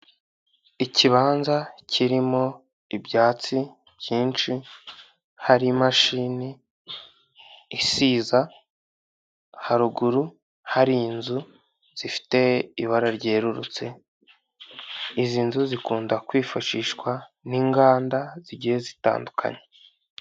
Ikibanza kirimo ibyatsi cyinshi harimo imashini isiza haruguru hari inzu zifite ibara ryerurutse izi nzu, zikunda kwifashishwa n'inganda zigiye zitandukanye.